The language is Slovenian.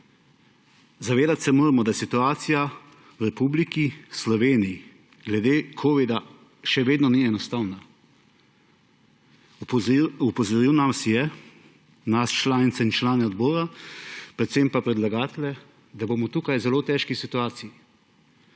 Zavedati se moramo, da situacija v Republiki Sloveniji glede covida še vedno ni enostavna. Opozoril nas je, nas, članice in člane odbora, predvsem pa predlagatelje, da bomo tukaj v zelo težki situaciji.